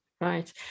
Right